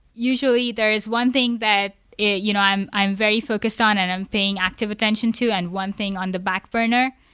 usually there is one thing that you know i'm i'm very focused on and i'm paying active attention to and one thing on the backburner.